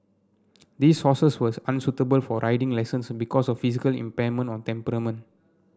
these horses was unsuitable for riding lessons because of physical impairment or temperament